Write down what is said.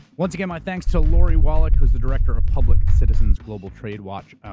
once again, my thanks to lori wallach, who's the director of public citizens global trade watch.